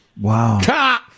Wow